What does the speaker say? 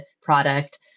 product